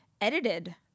edited